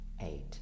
eight